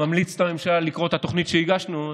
אני ממליץ לממשלה לקרוא את התוכנית שהגשנו.